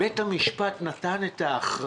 בית המשפט נתן את ההכרעה.